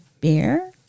beer